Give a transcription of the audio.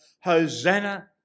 Hosanna